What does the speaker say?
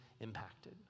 impacted